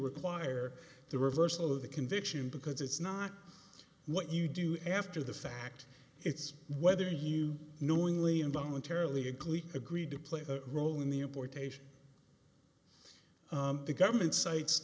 require the reversal of the conviction because it's not what you do after the fact it's whether you knowingly and voluntarily agreed agreed to play a role in the importation the government sites